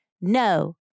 no